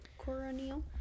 Coronial